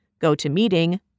GoToMeeting